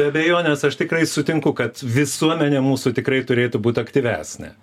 be abejonės aš tikrai sutinku kad visuomenė mūsų tikrai turėtų būt aktyvesnė